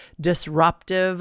disruptive